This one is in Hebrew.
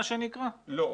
לא.